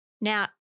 Now